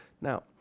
Now